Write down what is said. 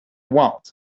want